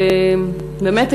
ובאמת,